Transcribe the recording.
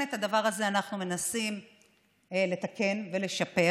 ולכן, את הדבר הזה אנחנו מנסים לתקן ולשפר,